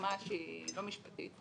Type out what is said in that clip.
דוגמה שהיא לא משפטית,